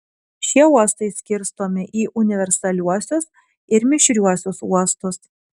šie uostai skirstomi į universaliuosius ir mišriuosius uostus